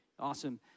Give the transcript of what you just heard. Awesome